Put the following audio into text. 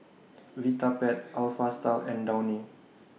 Vitapet Alpha Style and Downy